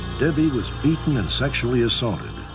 debbie was beaten and sexually assaulted,